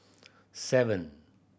seven